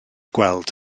gweld